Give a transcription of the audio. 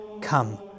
Come